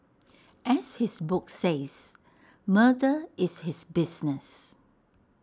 as his book says murder is his business